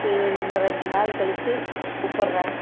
சரி இன்னும் ரெண்டு நாள் கழிச்சி கூப்பிட்றேன்